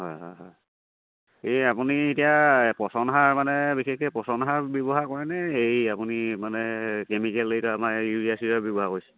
হয় হয় হয় এই আপুনি এতিয়া পচন সাৰ মানে বিশেষকৈ পচন সাৰ ব্যৱহাৰ কৰেনে এই আপুনি মানে কেমিকেল এইটো আমাৰ ইউৰিয়া চিউৰিয়া ব্যৱহাৰ কৰিছে